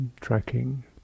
tracking